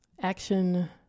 action